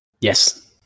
Yes